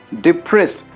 depressed